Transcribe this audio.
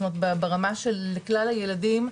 ברמה של כלל הילדים,